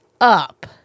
up